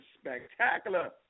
spectacular